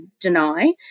deny